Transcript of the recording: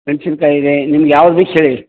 ಮೆಣ್ಸಿನ್ಕಾಯಿ ಇದೆ ನಿಮ್ಗೆ ಯಾವ್ದು ಬೇಕು ಹೇಳಿ